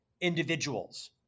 individuals